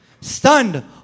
Stunned